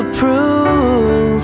prove